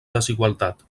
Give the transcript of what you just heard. desigualtat